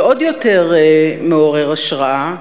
ועוד יותר מעורר השראה,